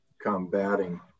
combating